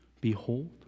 Behold